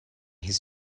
his